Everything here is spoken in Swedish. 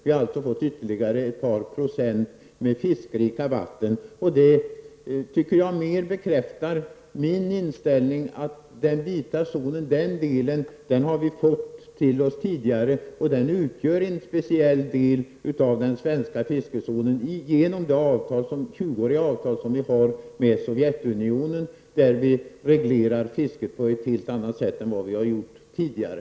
Vi har alltså fått ytterligare ett par procent av fiskerika vatten. Detta anser jag mer bekräftar min inställning att den vita zonen har tillkommit Sverige tidigare och att den utgör en speciell del av den svenska fiskezonen genom det avtal på tjugo år som träffats med Sovjetunionen, där vi reglerar fisket på ett helt annat sätt än vad har gjort tidigare.